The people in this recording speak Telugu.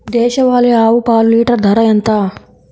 దేశవాలీ ఆవు పాలు లీటరు ధర ఎంత?